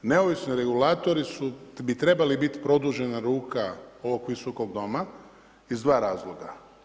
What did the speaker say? Neovisni regulatori bi trebali biti produžena ruka ovog Visokog doma iz dva razloga.